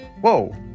Whoa